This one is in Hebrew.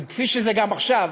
כפי שזה גם עכשיו,